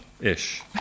ish